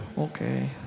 Okay